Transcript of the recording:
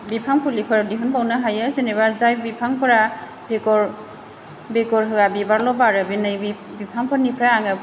बिफां फुलिफोर दिहुनबावनो हायो जेनोबा जाय बिफांफोरा बेगर बेगर होया बिबारल' बारो नैबे बिफांफोरनिफ्राय आङो